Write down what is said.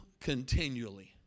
continually